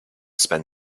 spend